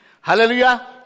hallelujah